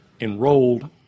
enrolled